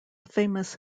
famous